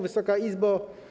Wysoka Izbo!